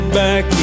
back